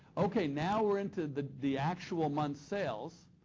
okay, now we're into the the actual month's sales.